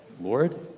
Lord